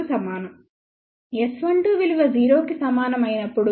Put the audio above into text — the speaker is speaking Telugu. S12 విలువ 0 కి సమానం అయినప్పుడు